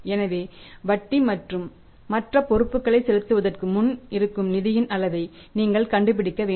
எனவே வட்டி மற்றும் மற்ற பொறுப்புக்களை செலுத்துவதற்கு முன் இருக்கும் நிதியின் அளவை நீங்கள் கண்டுபிடிக்க வேண்டும்